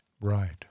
Right